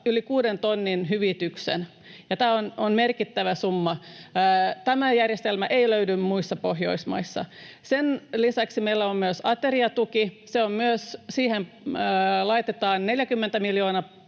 yli kuuden tonnin hyvityksen, ja tämä on merkittävä summa. Tätä järjestelmää ei löydy muista Pohjoismaista. Sen lisäksi meillä on myös ateriatuki. Siihen laitetaan 40 miljoonaa